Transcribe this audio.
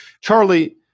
Charlie